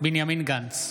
בנימין גנץ,